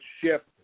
shift